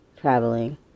traveling